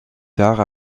tard